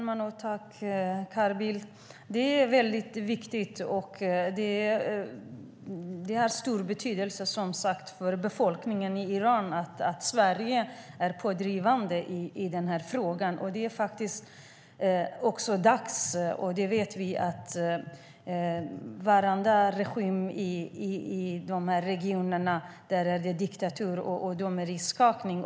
Herr talman! Det är mycket viktigt. Det har stor betydelse för befolkningen i Iran att Sverige är pådrivande i den här frågan. Vi vet att varenda regim i regionen är en diktatur som skakar.